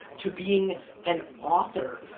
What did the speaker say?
to being an author.